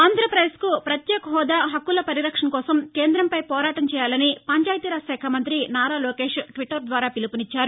ఆంధ్రప్రదేశ్కు ప్రత్యేక హెూదా హక్కుల పరిరక్షణ కోసం కేంద్రంపై పోరాటం చేయాలని పంచాయతీ రాజ్ శాఖ మంతి నారా లోకేష్ ట్విటర్ ద్వారా పిలుపునిచ్చారు